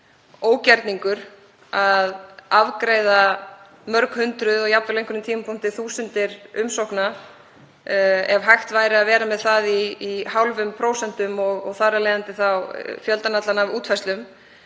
að það væri ógerningur að afgreiða mörg hundruð og jafnvel á einhverjum tímapunkti þúsundir umsókna ef hægt væri að vera með það í hálfum prósentum og þar af leiðandi þá fjöldann allan af útfærslum.